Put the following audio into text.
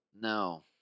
No